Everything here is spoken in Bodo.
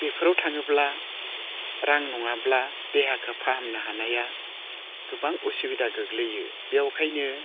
बेफोराव थाङोब्ला रां नङाब्ला देहाखौ फाहामनो हानाया गोबां उसुबिदा गोग्लैयो बेनिखायनो